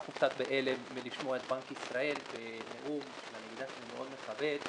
אנחנו קצת בהלם מלשמוע את בנק ישראל בנאום שאני יודע שהוא מאוד מכבד,